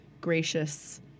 gracious